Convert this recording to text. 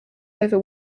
over